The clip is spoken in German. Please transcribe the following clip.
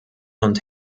und